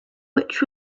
which